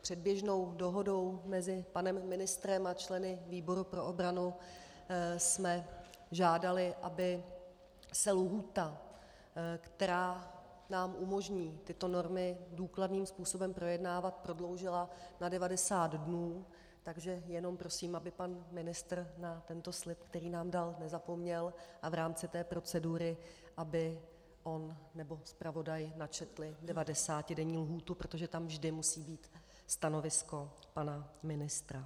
Předběžnou dohodou mezi panem ministrem a členy výboru pro obranu jsme žádali, aby se lhůta, která nám umožní tyto normy důkladným způsobem projednávat, prodloužila na 90 dnů, takže jenom prosím, aby pan ministr na tento slib, který nám dal, nezapomněl a v rámci té procedury on nebo pan zpravodaj načetl devadesátidenní lhůtu, protože tam vždycky musí být stanovisko pana ministra.